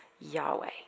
Yahweh